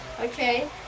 Okay